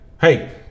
Hey